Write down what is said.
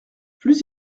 plus